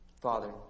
Father